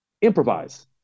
improvise